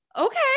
okay